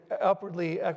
upwardly